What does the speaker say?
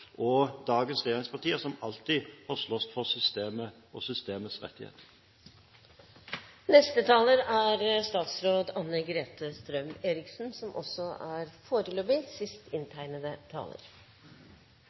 og dagens regjeringspartier, som alltid har slåss for systemet og systemets rettigheter. Det viktigste for meg er